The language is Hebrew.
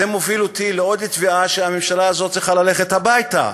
זה מוביל אותי לעוד תביעה שהממשלה הזאת צריכה ללכת הביתה,